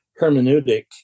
hermeneutic